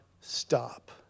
stop